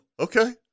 Okay